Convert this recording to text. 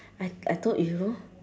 I I told you